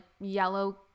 yellow